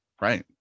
Right